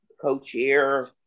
co-chair